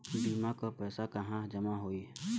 बीमा क पैसा कहाँ जमा होई?